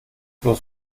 bloß